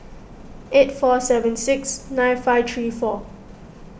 eight four seven six nine five three four